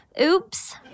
Oops